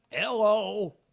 Hello